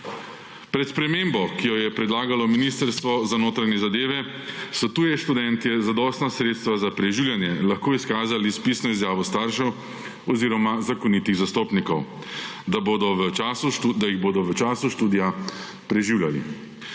Pred spremembo, ki jo je predlagalo Ministrstvo za notranje zadeve, so tuje študentje zadostna sredstva za preživljanje lahko izkazali s pisno izjavo staršev oziroma zakonitih zastopnikov, da jih bodo v času študija preživljali.